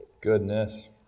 Goodness